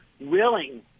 willing